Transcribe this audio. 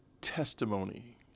testimony